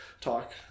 talk